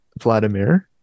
Vladimir